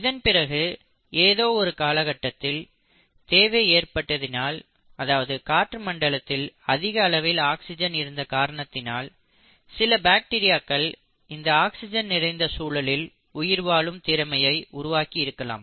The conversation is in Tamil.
இதன் பிறகு ஏதோ ஒரு காலகட்டத்தில் தேவை ஏற்பட்டதினால் அதாவது காற்று மண்டலத்தில் அதிக அளவில் ஆக்ஸிஜன் இருந்த காரணத்தினால் சில பாக்டீரியாக்கள் இந்த ஆக்சிஜன் நிறைந்த சூழலில் உயிர்வாழும் திறமையை உருவாக்கி இருக்கலாம்